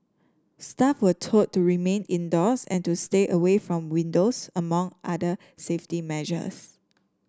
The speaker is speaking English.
staff were told to remain indoors and to stay away from windows among other safety measures